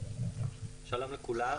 שלום לכולם,